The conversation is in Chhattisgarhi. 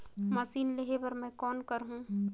मशीन लेहे बर मै कौन करहूं?